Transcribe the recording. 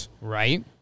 Right